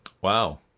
Wow